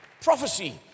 prophecy